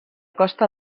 costa